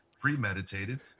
premeditated